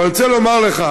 אבל אני רוצה לומר לך,